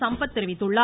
சம்பத் தெரிவித்துள்ளார்